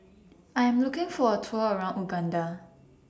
I Am looking For A Tour around Uganda